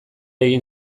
egin